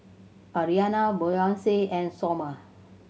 Arianna Boyce and Somer